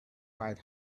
cried